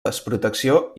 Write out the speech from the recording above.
desprotecció